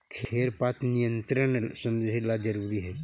खेर पात नियंत्रण समृद्धि ला जरूरी हई